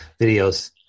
videos